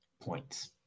points